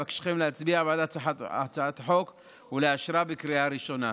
אבקשכם להצביע בעד הצעת החוק ולאשרה בקריאה ראשונה.